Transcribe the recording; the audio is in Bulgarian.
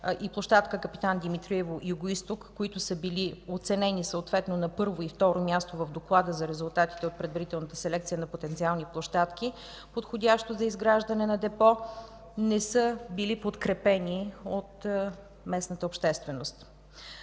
и площадка Капитан Димитриево, югоизток, които са били оценени съответно на първо и второ място в доклада за резултатите от предварителната селекция за потенциални площадки, подходящи за изграждане на депо, не са били подкрепени от местната общественост.